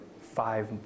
five